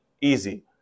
easy